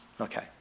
Okay